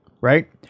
right